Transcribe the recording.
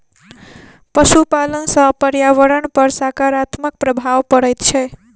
पशुपालन सॅ पर्यावरण पर साकारात्मक प्रभाव पड़ैत छै